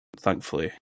thankfully